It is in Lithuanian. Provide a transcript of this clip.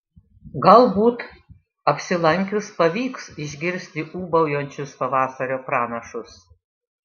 galbūt apsilankius pavyks išgirsti ūbaujančius pavasario pranašus